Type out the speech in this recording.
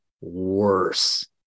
worse